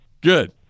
Good